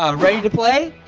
ah ready to play?